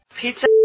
Pizza